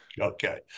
okay